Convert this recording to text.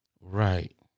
Right